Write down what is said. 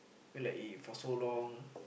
I mean like if for so long